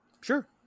Sure